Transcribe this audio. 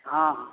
हॅं हॅं